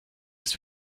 ist